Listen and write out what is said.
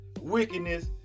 wickedness